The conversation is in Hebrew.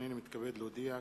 הנני מתכבד להודיע,